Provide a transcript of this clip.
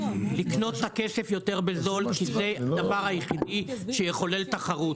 לקנות את הכסף יותר בזול כי זה הדבר היחידי שיחולל תחרות.